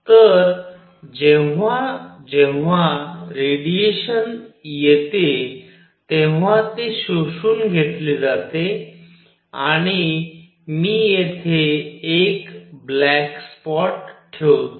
तर जेव्हा जेव्हा रेडिएशन येते तेव्हा ते शोषून घेतले जाते आणि मी येथे एक ब्लॅक स्पॉट ठेवतो